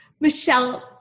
michelle